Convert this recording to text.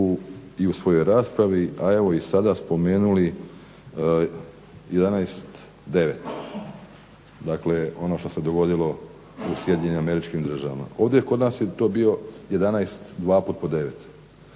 i u svojoj raspravi a evo i sada spomenuli 11.9. Dakle, ono što se dogodilo u Sjedinjenim Američkim Državama. Ovdje kod nas je to bio 11.